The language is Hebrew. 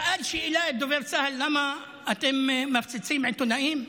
שאל שאלה את דובר צה"ל: למה אתם מפציצים עיתונאים?